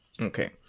okay